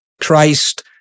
Christ